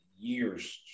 years